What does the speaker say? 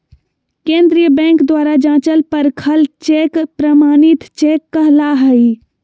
केंद्रीय बैंक द्वारा जाँचल परखल चेक प्रमाणित चेक कहला हइ